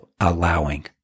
allowing